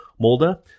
MOLDA